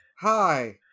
Hi